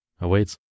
awaits